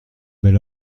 bel